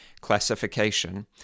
classification